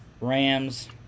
Rams